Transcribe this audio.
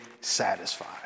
satisfied